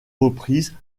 reprises